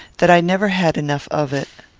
that i never had enough of it.